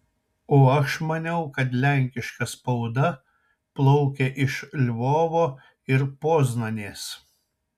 o aš maniau kad lenkiška spauda plaukė iš lvovo ir poznanės